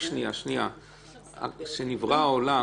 כשנברא העולם